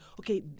okay